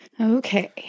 Okay